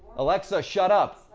alexa, shut up.